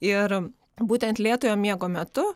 ir būtent lėtojo miego metu